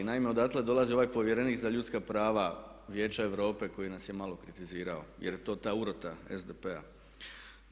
Naime, odatle dolazi ovaj povjerenik za ljudska prava Vijeća Europe koji nas je malo kritizirao jer to je ta urota SDP-a.